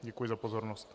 Děkuji za pozornost.